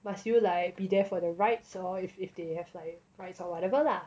must you like be there for the rites or if if they have like rites or whatever lah